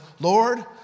Lord